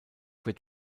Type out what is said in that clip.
wird